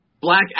black